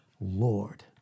Lord